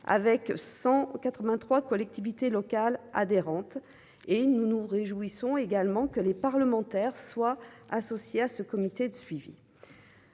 avec 183 collectivités locales adhérentes et nous nous réjouissons également que les parlementaires soient associés à ce comité de suivi,